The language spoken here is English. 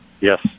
Yes